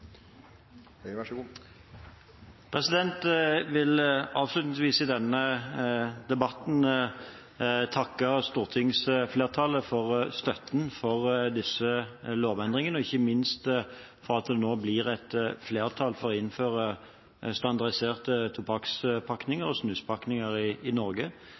vil avslutningsvis i denne debatten takke stortingsflertallet for støtten til disse lovendringene og ikke minst for at det nå blir et flertall for å innføre standardiserte tobakkspakninger og snuspakninger i Norge.